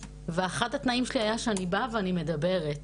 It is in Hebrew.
ואחד התנאים שלי היה שאני באה ואני מדברת,